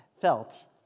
felt